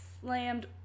slammed